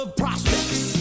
prospects